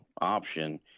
option